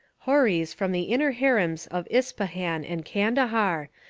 houris from the inner harems of ispahan and candahar,